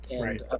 Right